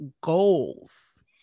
goals